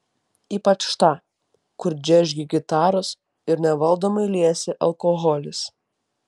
ypač tą kur džeržgia gitaros ir nevaldomai liejasi alkoholis